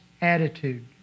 attitude